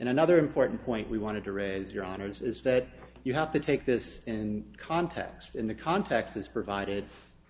and another important point we wanted to raise your honor is that you have to take this in context in the context as provided